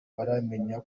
baramenya